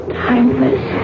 timeless